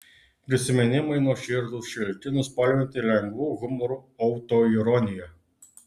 prisiminimai nuoširdūs šilti nuspalvinti lengvu humoru autoironija